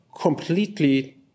completely